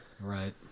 right